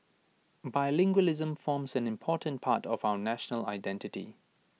bilingualism forms an important part of our national identity